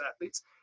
athletes